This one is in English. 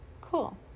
Cool